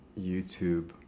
YouTube